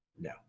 No